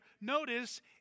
notice